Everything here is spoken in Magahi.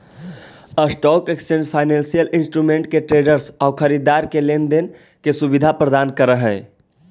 स्टॉक एक्सचेंज फाइनेंसियल इंस्ट्रूमेंट के ट्रेडर्स आउ खरीदार के लेन देन के सुविधा प्रदान करऽ हइ